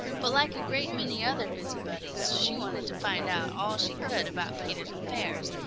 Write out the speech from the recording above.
but like a great many other busybodies, she wanted to find out all she could about peter's affairs,